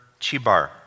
chibar